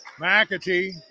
McAtee